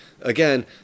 again